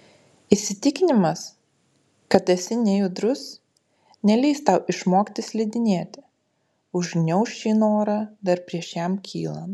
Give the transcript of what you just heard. įsitikinimas kad esi nejudrus neleis tau išmokti slidinėti užgniauš šį norą dar prieš jam kylant